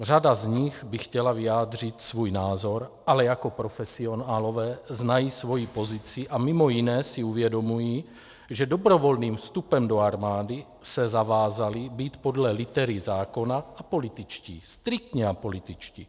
Řada z nich by chtěla vyjádřit svůj názor, ale jako profesionálové znají svoji pozici a mimo jiné si uvědomují, že dobrovolným vstupem do armády se zavázali být podle litery zákona apolitičtí, striktně apolitičtí.